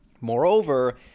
Moreover